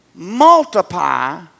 multiply